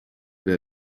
der